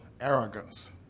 arrogance